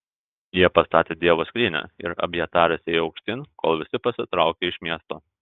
jie pastatė dievo skrynią ir abjataras ėjo aukštyn kol visi pasitraukė iš miesto